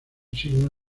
signo